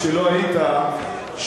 כשלא היית,